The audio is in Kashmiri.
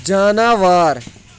جاناوار